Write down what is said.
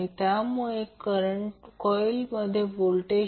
तर आता current I Vg Rg RL j x g j XL